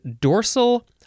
dorsal